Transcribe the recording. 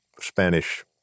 Spanish